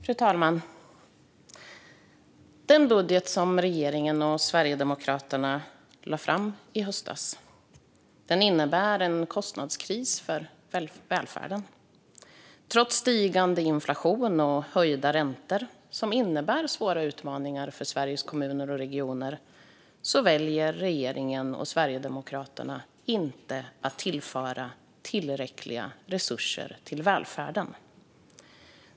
Fru talman! Den budget som regeringen och Sverigedemokraterna lade fram i höstas innebär en kostnadskris för välfärden. Trots stigande inflation och höjda räntor, som innebär svåra utmaningar för Sverige kommuner och regioner, väljer regeringen och Sverigedemokraterna inte att tillföra tillräckliga resurser till välfärden.